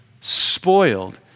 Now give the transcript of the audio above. spoiled